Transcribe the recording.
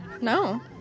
No